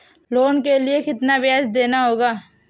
Loan के लिए कितना ब्याज देना होगा?